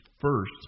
first –